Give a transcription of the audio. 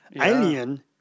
Alien